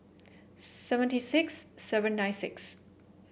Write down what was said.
seventy six seven hundred nine six